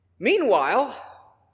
Meanwhile